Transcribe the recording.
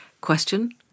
question